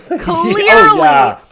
clearly